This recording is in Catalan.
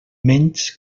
menys